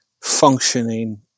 functioning